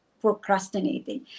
procrastinating